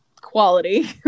quality